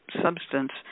substance